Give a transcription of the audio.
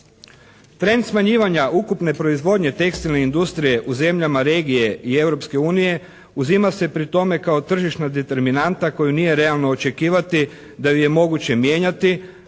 Trend smanjivanja ukupne proizvodnje tekstilne industrije u zemljama regije i Europske unije uzima se pri tome kao tržišna determinanta koju nije realno očekivati da ju je moguće mijenjati,